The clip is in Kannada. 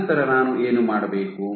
ನಂತರ ನಾನು ಏನು ಮಾಡಬೇಕು